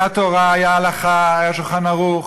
הייתה תורה, הייתה הלכה, היה "שולחן ערוך",